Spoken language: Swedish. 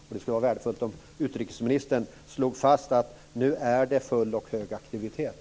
Det skulle vara värdefullt om utrikesministern slog fast att det nu pågår full aktivitet.